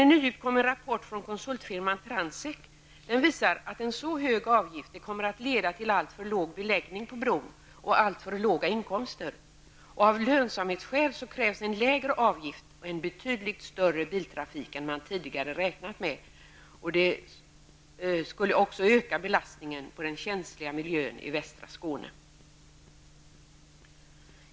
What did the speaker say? En nyutkommen rapport från konsultfirman Pransek visar dock att en så hög avgift kommer att leda till en alltför låg beläggning på bron och till alltför låga inkomster. Av lönsamhetsskäl krävs en lägre avgift och en betydligt större biltrafik än man tidigare räknat med. Det skulle också öka belastningen på den känsliga miljön i västra Skåne.